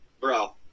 bro